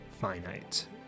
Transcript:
finite